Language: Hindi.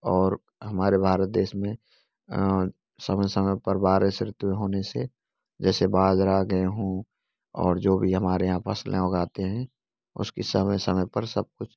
और हमारे भारत देश में समय समय पर बारिश ऋतु होने से जैसे बादल आ गए हो और जो भी हमारे यहाँ पर फसलें उगती हैं उसकी समय समय पर सब कुछ